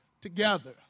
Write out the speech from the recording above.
together